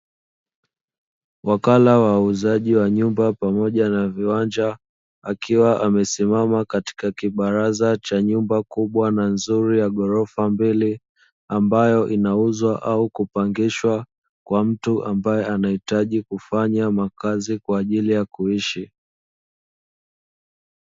Wakala wa wauzaji wa nyumba pamoja na viwanja akiwa amesimama katika kibaraza cha nyumba kubwa na nzuri ya ghorofa mbili, ambayo inauzwa au kupangishwa kwa mtu ambaye anahitaji kufanya makazi kwa ajili ya kuishi.